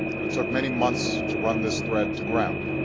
and it took many months to run this thread to ground.